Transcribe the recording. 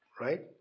right